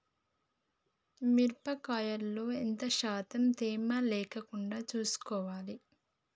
మిరప కాయల్లో ఎంత శాతం తేమ లేకుండా చూసుకోవాలి?